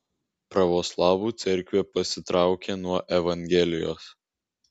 pravoslavų cerkvė pasitraukė nuo evangelijos